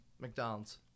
McDonald's